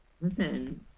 listen